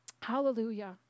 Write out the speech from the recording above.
Hallelujah